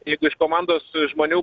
jeigu iš komandos žmonių